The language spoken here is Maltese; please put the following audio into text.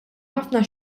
ħafna